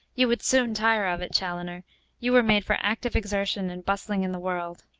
you would soon tire of it, chaloner you were made for active exertion and bustling in the world.